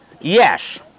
Yes